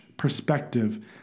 perspective